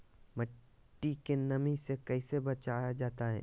मट्टी के नमी से कैसे बचाया जाता हैं?